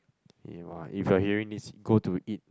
you are if you are hearing this go to eat